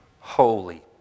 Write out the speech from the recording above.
holy